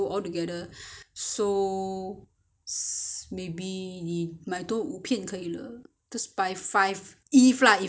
so maybe 你买多五片可以吗 buy five if lah if can buy if cannot you buy a bit more that's okay